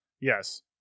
yes